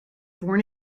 born